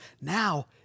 Now